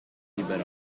liberò